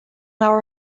our